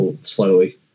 slowly